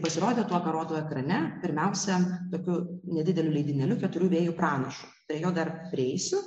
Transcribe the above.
pasirodė tuo ką rodau ekrane pirmiausia tokiu nedideliu leidinėliu keturių vėjų pranašu prie jo dar prieisiu